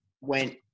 went